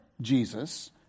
Jesus